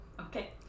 okay